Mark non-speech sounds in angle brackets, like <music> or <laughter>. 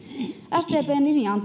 sdpn linja on <unintelligible>